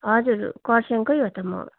हजुर खरसाङकै हो त म